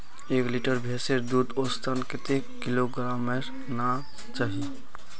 एक लीटर भैंसेर दूध औसतन कतेक किलोग्होराम ना चही?